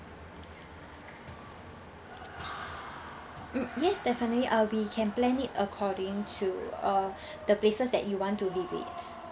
mm yes definitely uh we can plan it according to uh the places that you want to visit